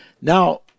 Now